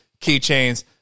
keychains